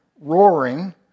roaring